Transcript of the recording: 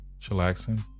Chillaxing